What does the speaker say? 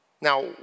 Now